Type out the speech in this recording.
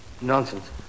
Nonsense